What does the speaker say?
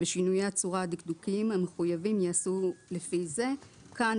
ושינויי הצורה הדקדוקיים המחויבים ייעשו לפי זה."" כאן,